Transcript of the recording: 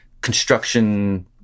construction